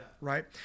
right